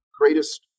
greatest